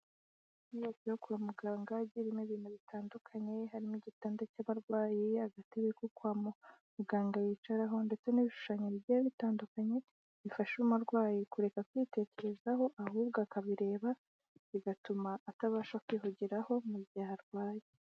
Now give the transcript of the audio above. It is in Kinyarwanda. Inyubako yo kwa muganga, irimo ibintu bitandukanye, harimo igitanda cy'abarwayi, agatebe ko kwa mu muganga muganga yicaraho ndetse n'ibishushanyo bigiye bitandukanye, bifasha umurwayi kureka kwitekerezaho, ahubwo akabireba bigatuma atabasha kwihugiraho mu gihe arwaye.